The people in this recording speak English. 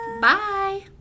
Bye